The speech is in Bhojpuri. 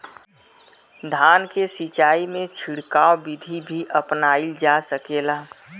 धान के सिचाई में छिड़काव बिधि भी अपनाइल जा सकेला?